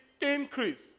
increase